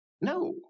no